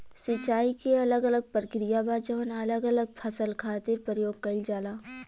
सिंचाई के अलग अलग प्रक्रिया बा जवन अलग अलग फसल खातिर प्रयोग कईल जाला